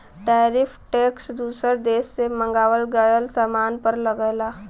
tariff tax दूसर देश से मंगावल गयल सामान पर लगला